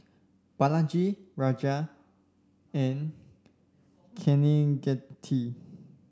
Balaji Razia and Kaneganti